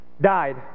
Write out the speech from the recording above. died